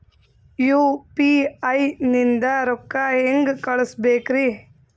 UPI ನಿಂದ ರೊಕ್ಕ ಹೆಂಗ ಕಳಸಬೇಕ್ರಿ?